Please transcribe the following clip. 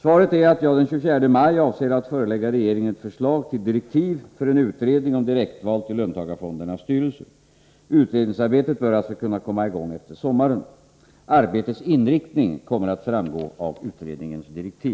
Svaret är att jag den 24 maj avser att förelägga regeringen ett förslag till direktiv för en utredning om direktval till löntagarfondernas styrelser. Utredningsarbetet bör alltså kunna komma i gång efter sommaren. Arbetets inriktning kommer att framgå av utredningens direktiv.